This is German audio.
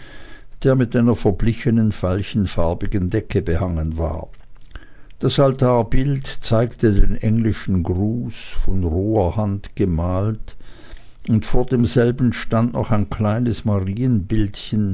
der mit einer verblichenen veilchenfarbigen decke behangen war das altarbild zeigte den englischen gruß von roher hand gemalt und vor demselben stand noch ein kleines